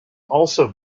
also